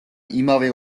იმავე